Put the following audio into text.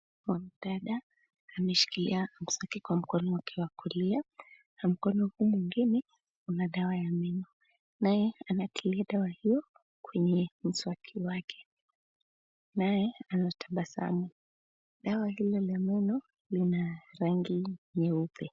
Mwanadada ameshikilia mswaki kwa mkono wake wa kulia na mkono huu mwingine una dawa ya meno. Naye Anatilia dawa hiyo kwenye mswaki wake .Naye anatabasamu. Dawa hilo la meno lina rangi nyeupe